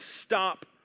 stop